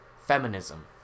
feminism